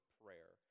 prayer